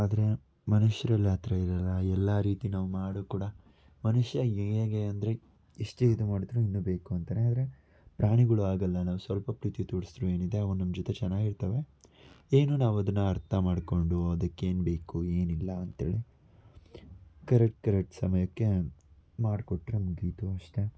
ಆದರೆ ಮನುಷ್ಯರಲ್ಲಿ ಆ ಥರ ಇರೋಲ್ಲ ಎಲ್ಲ ರೀತಿ ನಾವು ಮಾಡೂ ಕೂಡ ಮನುಷ್ಯ ಹೇಗೆ ಅಂದರೆ ಎಷ್ಟೇ ಇದು ಮಾಡಿದರೂ ಇನ್ನೂ ಬೇಕು ಅಂತಾನೆ ಆದರೆ ಪ್ರಾಣಿಗಳು ಹಾಗಲ್ಲ ನಾವು ಸ್ವಲ್ಪ ಪ್ರೀತಿ ತೋರಿಸಿದ್ರು ಏನಿದೆ ಅವು ನಮ್ಮ ಜೊತೆ ಚೆನ್ನಾಗಿರ್ತವೆ ಏನು ನಾವು ಅದನ್ನ ಅರ್ಥ ಮಾಡಿಕೊಂಡು ಅದಕ್ಕೆ ಏನು ಬೇಕು ಏನು ಇಲ್ಲ ಅಂತೇಳಿ ಕರೆಕ್ಟ್ ಕರೆಕ್ಟ್ ಸಮಯಕ್ಕೆ ಮಾಡಿಕೊಟ್ರೆ ಮುಗಿಯಿತು ಅಷ್ಟೆ